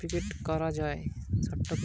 bank থাকে যদি cheque গুলাকে সার্টিফাইড করা যায়